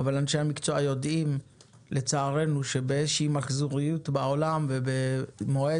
אבל אנשי המקצוע יודעים לצערנו שבאיזה מחזוריות בעולם ובמועד,